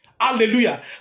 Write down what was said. Hallelujah